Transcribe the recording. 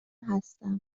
هستم